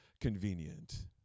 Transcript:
convenient